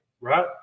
Right